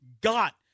got